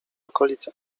okolic